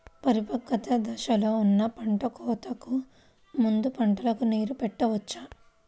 పరిపక్వత దశలో ఉన్న పంట కోతకు ముందు పంటకు నీరు పెట్టవచ్చా?